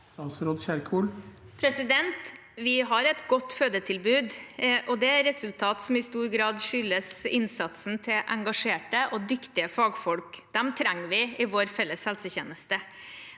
Kjerkol Vi har et godt fødetilbud. Det er et resultat som i stor grad skyldes innsatsen til engasjerte og dyktige fagfolk. Dem trenger vi i vår felles helsetjeneste.